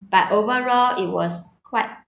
but overall it was quite